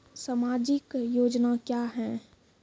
समाजिक योजना क्या हैं?